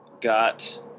got